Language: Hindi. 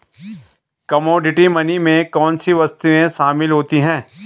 कमोडिटी मनी में कौन सी वस्तुएं शामिल होती हैं?